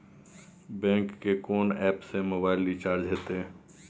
Bank के कोन app से मोबाइल रिचार्ज हेते?